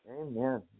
Amen